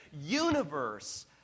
universe